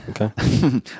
Okay